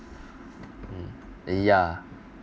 mm ya